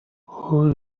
who